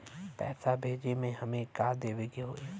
पैसा भेजे में हमे का का देवे के होई?